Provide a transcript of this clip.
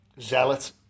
zealot